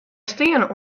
steane